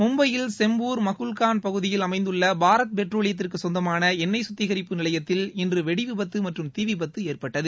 மும்பையில் செம்பூர் மகுல்கான் பகுதியில் அமைந்துள்ள பாரத் பெட்ரோலியத்திற்கு சொந்தமான எண்ணெய் சுத்திகரிப்பு நிலையத்தில் இன்று நேரிட்ட வெடி விபத்து மற்றும் தீவிபத்து ஏற்பட்டது